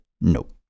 nope